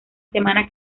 semana